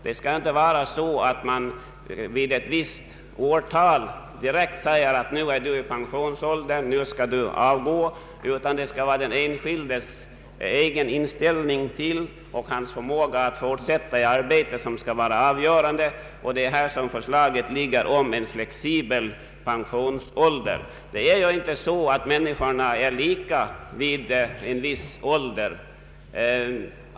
Man skall inte när vederbörande uppnår en viss ålder kunna säga till honom att han har uppnått pensionsåldern och skall avgå, utan det avgörande skall vara den enskildes egen inställning och hans förmåga att fortsätta sitt arbete. Vi anser således att det skall vara en flexibel pensionsålder. Människorna är ju inte lika vid en viss ålder.